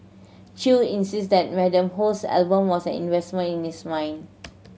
chew insisted that Madam Ho's album was an investment in his mind